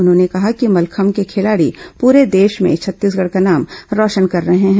उन्होंने कहा कि मलखंभ के खिलाड़ी पूरे देश में छत्तीसगढ़ का नाम रौशन कर रहे हैं